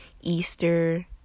Easter